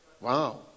wow